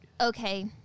okay